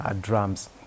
drums